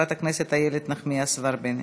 חברת הכנסת איילת נחמיאס ורבין,